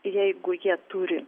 jeigu jie turi